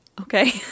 Okay